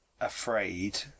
afraid